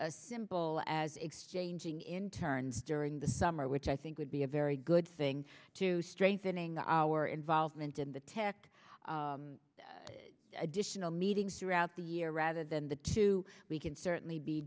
as simple as exchanging internes during the summer which i think would be a very good thing to strengthening our involvement in the text additional meetings throughout the year rather than the two we can certainly be